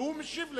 והוא משיב לך.